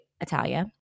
Italia